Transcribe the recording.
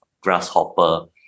Grasshopper